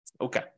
Okay